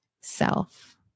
self